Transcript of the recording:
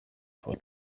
for